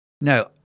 No